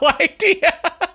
idea